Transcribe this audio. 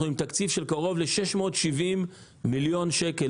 אנחנו עם תקציב של קרוב ל-670 מיליון שקל.